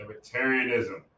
libertarianism